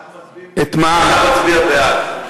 אנחנו מצביעים נגד כי אתה מצביע בעד.